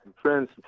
friends